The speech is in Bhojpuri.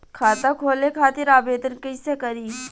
खाता खोले खातिर आवेदन कइसे करी?